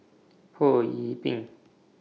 Ho Yee Ping